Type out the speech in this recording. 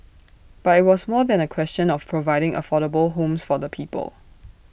but IT was more than A question of providing affordable homes for the people